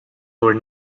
were